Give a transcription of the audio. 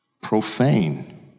profane